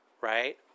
right